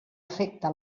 afecta